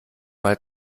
mal